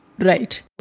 Right